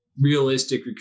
realistic